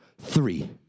three